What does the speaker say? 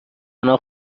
آنها